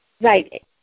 Right